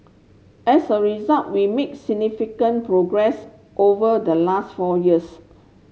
as a result we make significant progress over the last four years